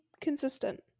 consistent